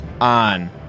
on